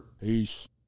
Peace